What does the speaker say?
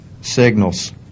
Signals